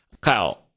Kyle